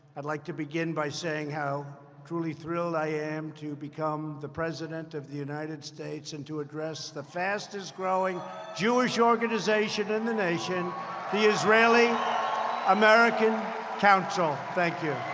i'd like to begin by saying how truly thrilled i am to become the president of the united states and to address the fastest-growing jewish organization in the nation the israeli american council. thank you.